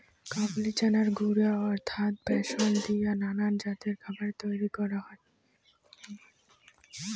কাবুলি চানার গুঁড়া অর্থাৎ ব্যাসন দিয়া নানান জাতের খাবার তৈয়ার করাং হই